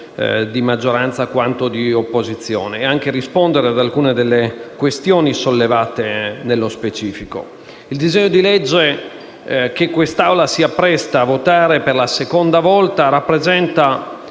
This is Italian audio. Il disegno di legge che quest’Assemblea si appresta a votare per la seconda volta rappresenta,